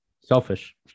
selfish